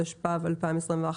התשפ"ב-2021,